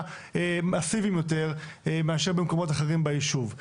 מאסיביים יותר מאשר במקומות אחרים ביישוב.